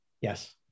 Yes